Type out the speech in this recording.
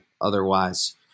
otherwise